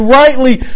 rightly